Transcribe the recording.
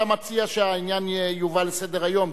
אתה מציע שהעניין יובא לסדר-היום?